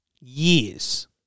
years